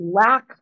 lack